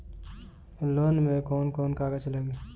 Loan में कौन कौन कागज लागी?